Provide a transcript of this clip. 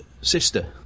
sister